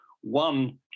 one